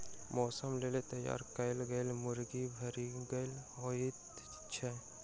मौसक लेल तैयार कयल गेल मुर्गी भरिगर होइत छै